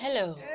hello